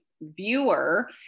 viewer